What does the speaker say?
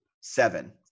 Seven